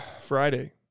Friday